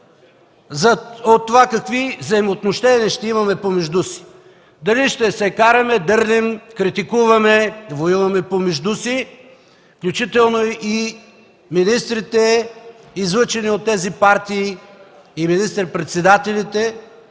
значение какви взаимоотношения ще имаме помежду си – дали ще се караме, дърлим, критикуваме, воюваме помежду си, включително и министрите, излъчени от тези партии и министър-председателите,